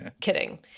Kidding